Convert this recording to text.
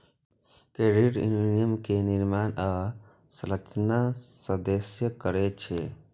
credit union के निर्माण आ संचालन सदस्ये करै छै